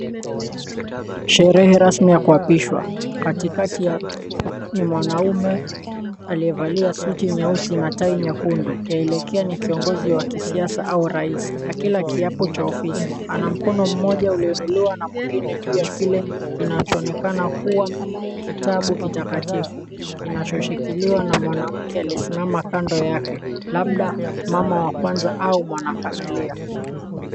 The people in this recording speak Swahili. Sherehe rasmi ya kuapishwa, katikati ni mwanaume aliyevalia suti nyeusi na tai nyekundu, Yalekea ni kiongozi wa kisiasa au rais akila kiapo cha ofisi, ana mkono moja ulioinuliwa na mwingine juu ya kile kinachoonekana kuwa kitabu kitakatifu kinachoshikiliwa na mwanamke aliyesimama kando yake labda mama wa kwanza au mwanafamilia.